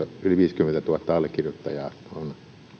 yli viisikymmentätuhatta allekirjoittajaa on